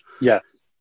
Yes